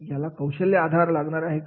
याला कौशल्य लागणार आहेत का